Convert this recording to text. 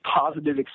positive